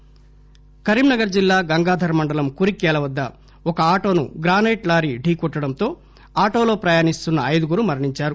accident Karimnagar జిల్లా గంగాధర మండలం కురిక్యాల వద్ద ఒక ఆటోను గ్రానైట్ లారీ డీకొట్టడంతో ఆటోలో ప్రయాణిస్తున్న ఐదుగురు మరణించారు